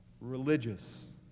religious